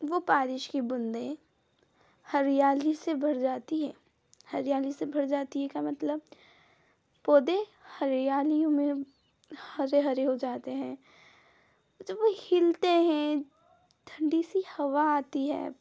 वो बारिश की बूँदें हरियाली से भर जाती हैं हरियाली से भर जाती हैं का मतलब पौधे हरियाली में हरे हरे हो जाते हैं जब वो हिलते हैं ठंडी सी हवा आती है